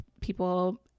people